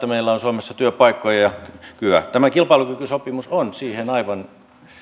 meillä on suomessa työpaikkoja ja kykyä tämä kilpailukykysopimus on siihen aivan